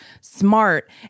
smart